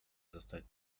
zostać